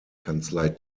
kanzlei